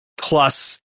plus